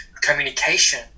communication